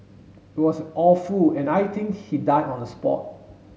it was awful and I think he died on the spot